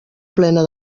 plena